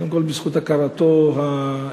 קודם כול בזכות הכרתו ההיסטורית,